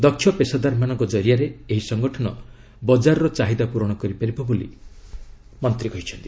ଦକ୍ଷ୍ୟ ପେସାଦାରମାନଙ୍କ ଜରିଆରେ ଏହି ସଂଗଠନ ବଜାରର ଚାହିଦା ପୂରଣ କରିପାରିବ ବୋଲି ମନ୍ତ୍ରୀ କହିଛନ୍ତି